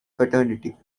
fraternity